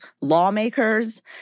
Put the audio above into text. lawmakers